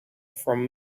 from